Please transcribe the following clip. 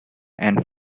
and